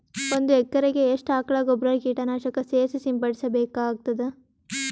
ಒಂದು ಎಕರೆಗೆ ಎಷ್ಟು ಆಕಳ ಗೊಬ್ಬರ ಕೀಟನಾಶಕ ಸೇರಿಸಿ ಸಿಂಪಡಸಬೇಕಾಗತದಾ?